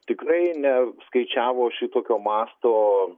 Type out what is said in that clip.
tikrai ne skaičiavo šitokio masto